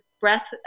breath